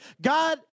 God